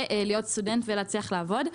ולהיות סטודנט ולהצליח לעבוד.